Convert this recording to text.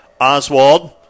Oswald